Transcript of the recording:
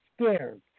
scared